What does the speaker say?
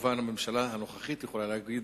הממשלה הנוכחית יכולה כמובן להגיד